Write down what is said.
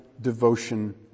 devotion